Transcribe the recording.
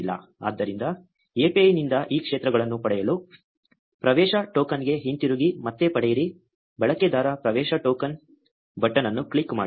ಆದ್ದರಿಂದ API ನಿಂದ ಈ ಕ್ಷೇತ್ರಗಳನ್ನು ಪಡೆಯಲು ಪ್ರವೇಶ ಟೋಕನ್ಗೆ ಹಿಂತಿರುಗಿ ಮತ್ತೆ ಪಡೆಯಿರಿ ಬಳಕೆದಾರ ಪ್ರವೇಶ ಟೋಕನ್ ಬಟನ್ ಅನ್ನು ಕ್ಲಿಕ್ ಮಾಡಿ